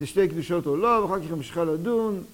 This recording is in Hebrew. זה שני קדושות עולם, אחר כך יש ממשיכה לדון.